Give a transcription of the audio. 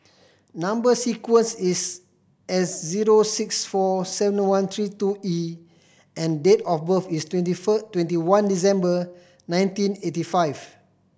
number sequence is S zero six four seven one three two E and date of birth is twenty twenty one December nineteen eighty five